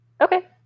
Okay